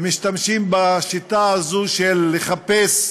משתמשים בשיטה הזאת של לחפש,